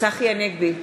צחי הנגבי,